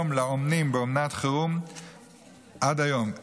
עד היום,